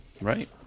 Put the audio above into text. Right